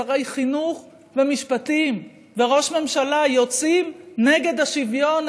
שרי חינוך ומשפטים וראש ממשלה יוצאים נגד השוויון,